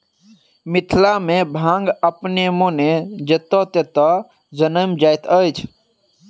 मिथिला मे भांग अपने मोने जतय ततय जनैम जाइत अछि